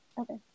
Okay